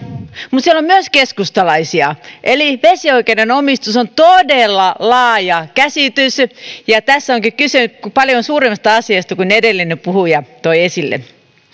mutta siellä on myös keskustalaisia eli vesioikeuden omistus on todella laaja käsite ja tässä onkin kyse paljon suuremmasta asiasta kuin mitä edellinen puhuja toi esille